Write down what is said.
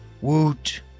Woot